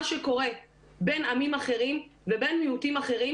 שקורה בין עמים אחרים ובין מיעוטים אחרים,